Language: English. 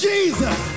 Jesus